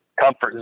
comfort